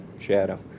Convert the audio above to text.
Shadow